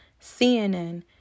CNN